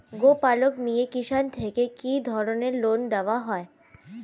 গোপালক মিয়ে কিষান থেকে কি ধরনের লোন দেওয়া হয়?